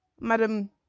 madam